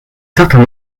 certain